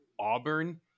Auburn